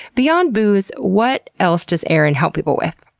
beyond booze, what else does erin help people with?